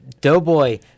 Doughboy